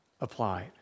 applied